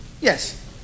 Yes